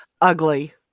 ugly